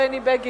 השר בני בגין